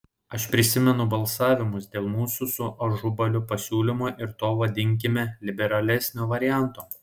aš prisimenu balsavimus dėl mūsų su ažubaliu pasiūlymo ir to vadinkime liberalesnio varianto